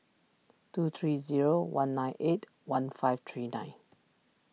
two three zero one nine eight one five three nine